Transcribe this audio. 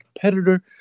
competitor